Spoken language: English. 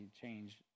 change